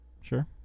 Sure